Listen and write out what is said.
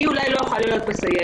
אני אולי לא אוכל להיות בסיירת,